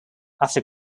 after